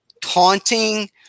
taunting